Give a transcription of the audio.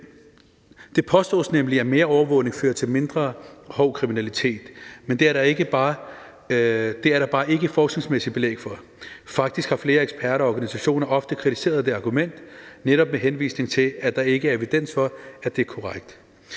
Det påstås nemlig, at mere overvågning fører til mindre hård kriminalitet, men det er der bare ikke forskningsmæssigt belæg for. Faktisk har flere eksperter og organisationer ofte kritiseret det argument netop med henvisning til, at der ikke er evidens for, at det er korrekt.